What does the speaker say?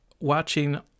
watching